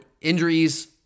Injuries